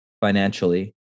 financially